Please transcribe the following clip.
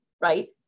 right